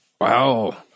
Wow